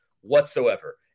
whatsoever